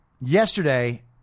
yesterday